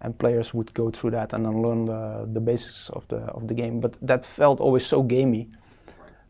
and players would go through that and then learn the basics of the of the game, but that felt always so gamey